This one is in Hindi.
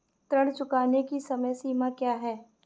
ऋण चुकाने की समय सीमा क्या है?